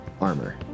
armor